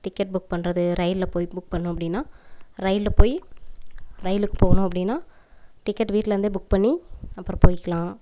ticket book பண்ணுறது ரயிலில் போய் புக் பண்ணும் அப்டின்னா ரயிலில் போய் ரயிலுக்கு போகணும் அப்டின்னா டிக்கட் வீட்லேருந்து புக் பண்ணி அப்புறம் போயிக்கலாம்